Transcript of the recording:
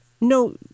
no